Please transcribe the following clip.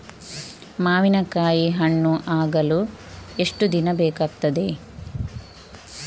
ಮಾವಿನಕಾಯಿ ಹಣ್ಣು ಆಗಲು ಎಷ್ಟು ದಿನ ಬೇಕಗ್ತಾದೆ?